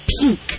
pink